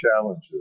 challenges